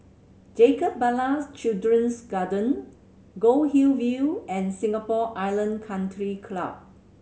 Jacob Ballas Children's Garden Goldhill View and Singapore Island Country Club